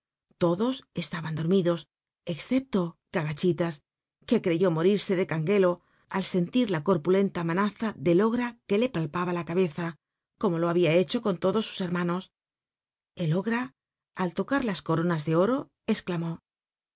todos eslaban dormidos excepto c'a ju rhilas que cre ó morirse de canguelo al sentir la rorpuknla manaza del ogra que le palpaba la cabeza cnmo lo habia hecho con lodo su lwrmano el ogra al locar las coronas de oro